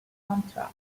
amtrak